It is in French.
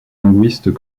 linguistes